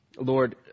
Lord